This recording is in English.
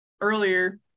earlier